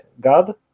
God